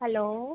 hello